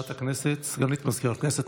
סגנית מזכיר הכנסת,